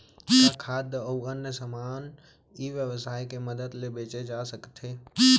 का खाद्य अऊ अन्य समान ई व्यवसाय के मदद ले बेचे जाथे सकथे?